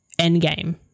Endgame